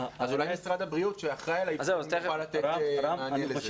אולי משרד הבריאות שאחראי על האבחונים יוכל לתת מענה לזה.